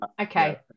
okay